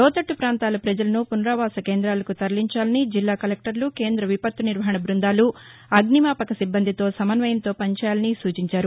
లోతట్లు ప్రాంతాల ప్రపజలను పునరావాస కేంద్రాలకు తరలించాలని జిల్లా కలెక్టర్లు కేంద్ర విపత్తు నిర్వహణ బృందాలు అగ్నిమాపక సిబ్బందితో సమన్వయంతో పనిచేయాలని సూచించారు